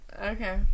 Okay